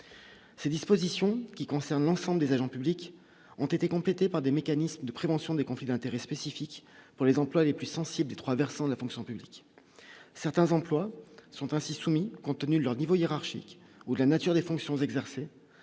ces dispositions qui concernent l'ensemble des agents publics ont été complétées par des mécanismes de prévention des conflits d'intérêts spécifiques pour les emplois les plus sensibles des 3 versants de la fonction publique, certains employes sont ainsi soumis contenu, leur niveau hiérarchique ou la nature des fonctions exercées